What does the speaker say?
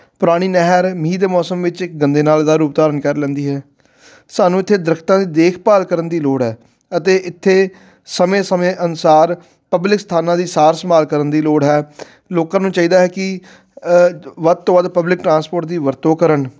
ਪੁਰਾਣੀ ਨਹਿਰ ਮੀਂਹ ਦੇ ਮੌਸਮ ਵਿੱਚ ਗੰਦੇ ਨਾਲ਼ੇ ਦਾ ਰੂਪ ਧਾਰਨ ਕਰ ਲੈਂਦੀ ਹੈ ਸਾਨੂੰ ਇੱਥੇ ਦਰਖਤਾਂ ਦੀ ਦੇਖਭਾਲ ਕਰਨ ਦੀ ਲੋੜ ਹੈ ਅਤੇ ਇੱਥੇ ਸਮੇਂ ਸਮੇਂ ਅਨੁਸਾਰ ਪਬਲਿਕ ਸਥਾਨਾਂ ਦੀ ਸਾਰ ਸੰਭਾਲ ਕਰਨ ਦੀ ਲੋੜ ਹੈ ਲੋਕਾਂ ਨੂੰ ਚਾਹੀਦਾ ਹੈ ਕਿ ਵੱਧ ਤੋਂ ਵੱਧ ਪਬਲਿਕ ਟਰਾਂਸਪੋਰਟ ਦੀ ਵਰਤੋਂ ਕਰਨ